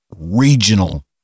regional